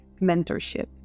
mentorship